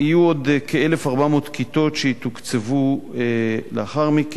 יהיו עוד כ-1,400 כיתות שיתוקצבו לאחר מכן.